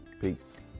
Peace